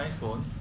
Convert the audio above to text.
iPhone